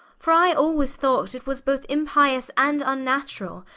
for i alwayes thought it was both impious and vnnaturall,